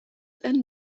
and